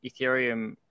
Ethereum